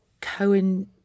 Cohen